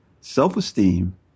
self-esteem